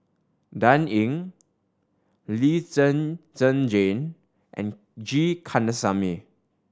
Dan Ying Lee Zhen Zhen Jane and G Kandasamy